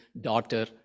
daughter